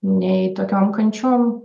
nei tokiom kančiom